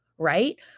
right